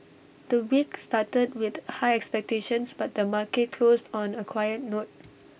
the week started with high expectations but the market closed on A quiet note